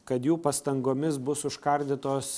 kad jų pastangomis bus užkardytos